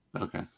Okay